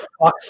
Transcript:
fucks